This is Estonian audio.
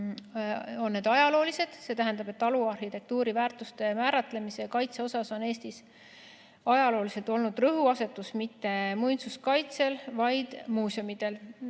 on need ajaloolised, see tähendab, et taluarhitektuuri väärtuste määratlemisel ja kaitsel on Eestis ajalooliselt olnud rõhuasetus mitte muinsuskaitsel, vaid muuseumidel.